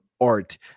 art